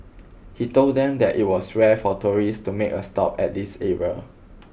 he told them that it was rare for tourists to make a stop at this area